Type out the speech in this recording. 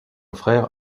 frère